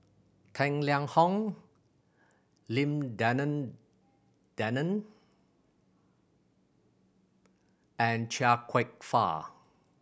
Tang Liang Hong Lim Denan Denon and Chia Kwek Fah